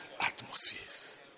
Atmospheres